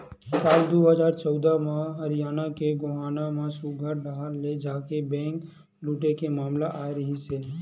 साल दू हजार चौदह म हरियाना के गोहाना म सुरंग डाहर ले जाके बेंक लूटे के मामला आए रिहिस हे